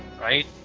Right